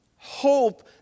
Hope